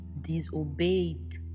disobeyed